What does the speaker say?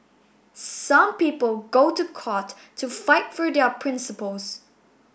some people go to court to fight for their principles